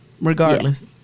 regardless